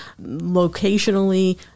locationally